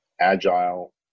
agile